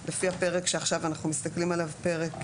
שעכשיו אנחנו מסתכלים עליו, פרק ד'.